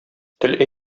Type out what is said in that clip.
тел